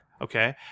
Okay